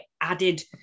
added